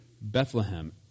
Bethlehem